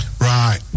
Right